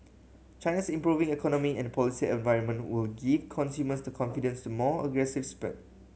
China's improving economy and policy environment will give consumers the confidence to more aggressive spend